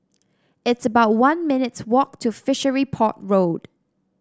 it's about one minutes' walk to Fishery Port Road